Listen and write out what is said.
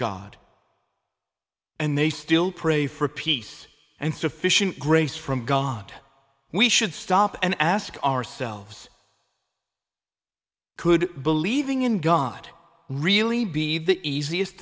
god and they still pray for peace and sufficient grace from god we should stop and ask ourselves could believing in god really be the easiest